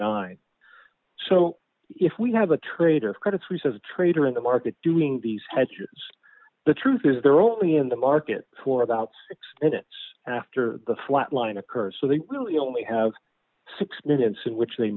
e so if we have a trader credit suisse as a trader in the market doing these hedges the truth is they're only in the market for about six minutes after the flat line occurs so they really only have six minutes in which they